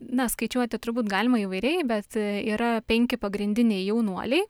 na skaičiuoti turbūt galima įvairiai bet yra penki pagrindiniai jaunuoliai